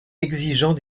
exigeant